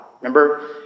Remember